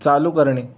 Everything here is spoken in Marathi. चालू करणे